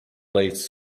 blades